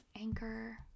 Anchor